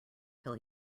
till